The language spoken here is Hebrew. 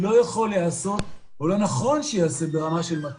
לא נדרשנו -- מה הוא קשור למשרד הזה?